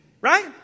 right